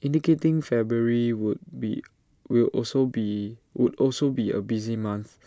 indicating February would be will also be would also be A busy month